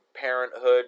parenthood